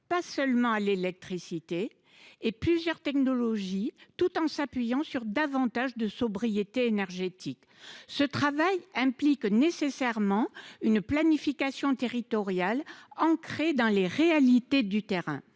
pas seulement à l’électricité – et plusieurs technologies, tout en nous appuyant sur davantage de sobriété énergétique. Un tel travail implique nécessairement une planification territoriale ancrée dans les réalités du terrain.